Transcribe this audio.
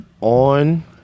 on